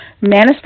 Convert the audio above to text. manifest